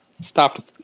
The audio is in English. stop